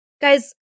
Guys